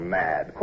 mad